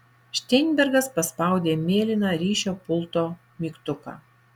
šteinbergas paspaudė mėlyną ryšio pulto mygtuką